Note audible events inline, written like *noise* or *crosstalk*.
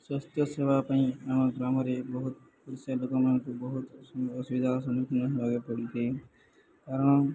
ସ୍ୱାସ୍ଥ୍ୟ ସେବା ପାଇଁ ଆମ ଗ୍ରାମରେ ବହୁତ *unintelligible* ଲୋକମାନଙ୍କୁ ବହୁତ ଅସୁବିଧାର ସମ୍ମୁଖୀନ ହେବାକୁ ପଡ଼ିଥାଏ କାରଣ